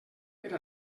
per